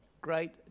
great